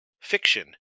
fiction